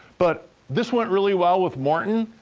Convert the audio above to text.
but this went really well with morton.